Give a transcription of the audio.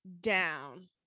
down